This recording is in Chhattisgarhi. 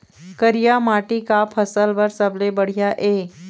करिया माटी का फसल बर सबले बढ़िया ये?